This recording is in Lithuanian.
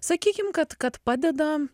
sakykim kad kad padeda